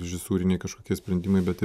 režisūriniai kažkokie sprendimai bet ir